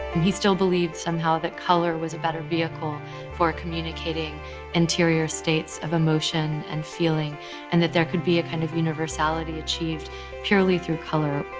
and he still believes somehow that color was a better vehicle for communicating interior states of emotion and feeling and that there could be a kind of universality achieved purely through color.